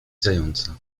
zająca